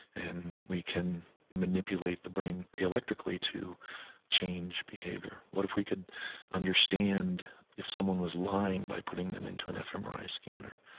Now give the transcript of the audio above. and we can manipulate the brain electrically to change behavior. what if we could understand if someone was lying by putting them into an fmri scanner?